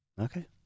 okay